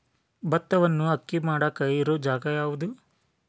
ಭತ್ತವನ್ನು ಅಕ್ಕಿ ಮಾಡಾಕ ಇರು ಜಾಗ ಯಾವುದು?